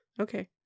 Okay